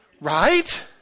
Right